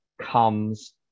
comes